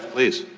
please.